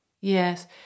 Yes